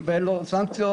ואין לו סנקציות,